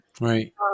right